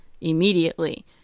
immediately